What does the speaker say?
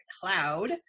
cloud